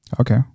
Okay